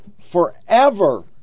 forever